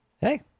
Hey